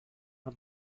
uma